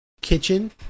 kitchen